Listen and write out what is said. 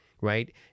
right